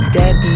dead